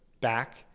back